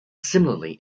similarly